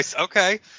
okay